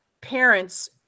parents